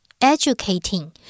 educating